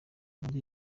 muri